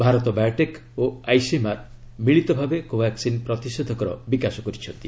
ଭାରତ ବାୟୋଟେକ୍ ଓ ଆଇସିଏମ୍ଆର୍ ମିଳିତ ଭାବେ କୋଭାସ୍କିନ୍ ପ୍ରତିଷେଧକର ବିକାଶ କରିଛନ୍ତି